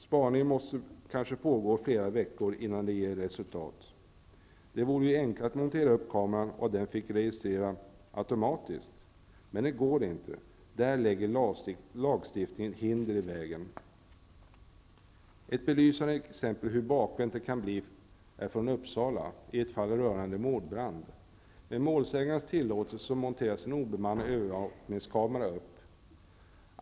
Spaningen måste kanske pågå i flera veckor innan den ger resultat. Det vore enklare att montera upp kameran så att den fick registrera automatiskt. Men det går inte. Där lägger lagstiftningen hinder i vägen. Ett belysande exempel på hur bakvänt det kan bli är ett fall rörande mordbrand i Uppsala. Med målsägandes tillåtelse monterades en obemannad övervakningskamera upp.